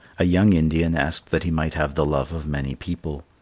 a young indian asked that he might have the love of many people.